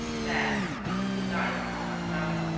that, if the blue diamond is not found,